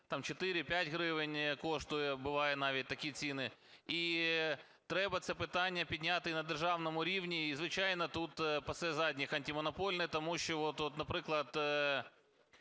4-5 гривень коштує, буває навіть такі ціни. І треба це питання підняти на державному рівні. Звичайно, тут пасе задніх Антимонопольний. Тому що, наприклад,